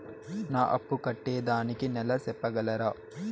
నా అప్పు కట్టేదానికి నెల సెప్పగలరా?